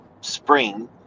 spring